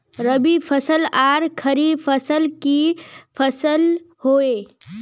रवि फसल आर खरीफ फसल की फसल होय?